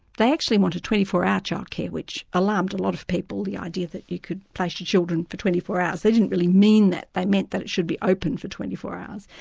they actually wanted twenty four hour childcare which alarmed a lot of people, the idea that you could place your children for twenty four hours. they didn't really mean that, they meant that it should be open for twenty four hours.